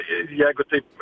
je jeigu taip